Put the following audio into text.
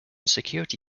security